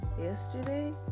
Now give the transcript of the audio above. Yesterday